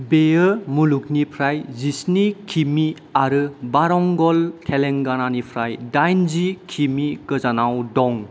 बेयो मुलुगुनिप्राय जिस्नि कि मि आरो वारंगल तेलंगानानिप्राय दायनजि कि मि गोजानाव दं